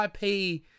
IP